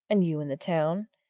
and you in the town,